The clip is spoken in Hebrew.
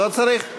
לא צריך.